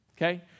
Okay